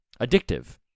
addictive